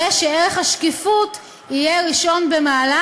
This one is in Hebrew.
ושערך השקיפות יהיה ראשון במעלה,